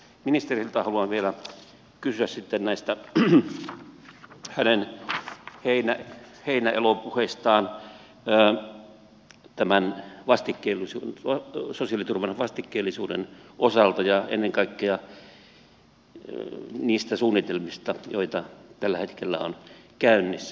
ministeriltä haluan vielä kysyä sitten näistä hänen heinäelopuheistaan tämän sosiaaliturvan vastikkeellisuuden osalta ja ennen kaikkea niistä suunnitelmista joita tällä hetkellä on käynnissä